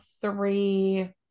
three